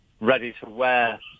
ready-to-wear